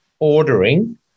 Ordering